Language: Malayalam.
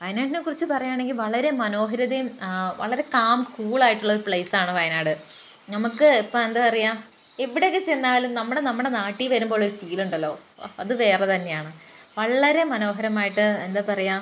വയനാട്ടിനെക്കുറിച്ച് പറയാണെങ്കി വളരെ മനോഹരിതയും വളരെ കാം കൂളായിട്ടുള്ള ഒരു പ്ലെയിസാണ് വയനാട് നമുക്ക് ഇപ്പൊ എന്താ പറയാ എവിടോക്കെ ചെന്നാലും നമ്മള് നമ്മടെ നാട്ടിൽ വരുമ്പോഴുള്ളൊരു ഫീലൊണ്ടല്ലോ അത് വേറെത്തന്നെയാണ് വളരെ മനോഹരമായിട്ട് എന്താ പറയുക